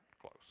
close